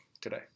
today